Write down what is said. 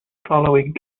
following